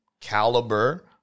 caliber